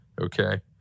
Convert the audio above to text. okay